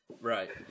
Right